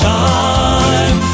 time